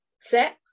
sex